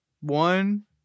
One